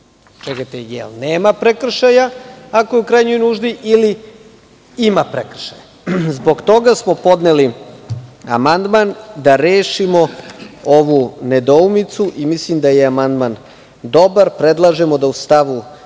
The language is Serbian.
učinjen. Čekajte, jel nema prekršaja ako je u krajnjoj nuždi ili ima prekršaja? Zbog toga smo podneli amandman da rešimo ovu nedoumicu i mislim da je amandman dobar. Predlažemo da u stavu